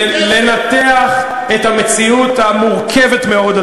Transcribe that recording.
לנתח את המציאות המורכבת מאוד,